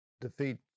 defeat